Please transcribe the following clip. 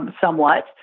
somewhat